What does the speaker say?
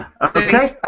Okay